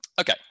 Okay